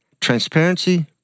transparency